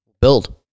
build